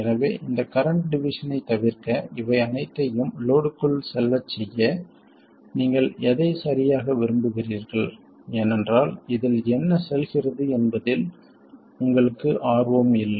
எனவே இந்த current division ஐத் தவிர்க்க இவை அனைத்தையும் லோட்க்குள் செல்லச் செய்ய நீங்கள் எதைச் சரியாக விரும்புகிறீர்கள் ஏனென்றால் இதில் என்ன செல்கிறது என்பதில் உங்களுக்கு ஆர்வம் இல்லை